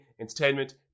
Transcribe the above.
entertainment